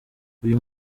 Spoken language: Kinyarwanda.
uyu